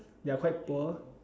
they're quite poor